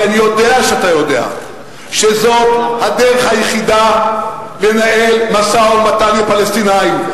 כי אני יודע שאתה יודע שזאת הדרך היחידה לנהל משא-ומתן עם הפלסטינים,